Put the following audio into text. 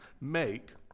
make